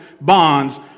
bonds